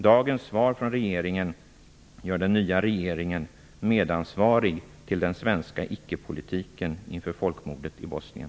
Dagens svar från regeringen gör den nya regeringen medansvarig till den svenska icke-politiken inför folkmordet i Bosnien.